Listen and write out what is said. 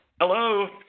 Hello